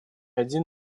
один